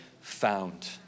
found